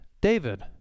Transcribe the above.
David